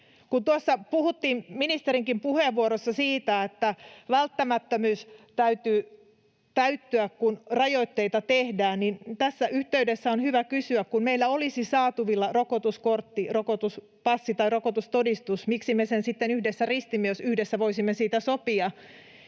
suomalaisille. Kun ministerinkin puheenvuorossa puhuttiin siitä, että välttämättömyys täytyy täyttyä, kun rajoitteita tehdään, niin tässä yhteydessä on hyvä kysyä sitä, että kun meillä olisi saatavilla rokotuskortti, rokotuspassi tai rokotustodistus — miksi me sen sitten yhdessä ristimme, jos yhdessä voisimme siitä sopia